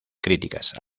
críticas